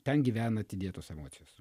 ten gyvena atidėtos emocijos